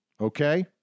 Okay